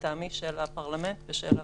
לטעמי, של הפרלמנט ושל הוועדה.